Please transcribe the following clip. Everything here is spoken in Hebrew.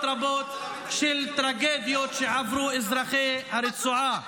רבות של טרגדיות שעברו אזרחי הרצועה.